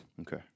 Okay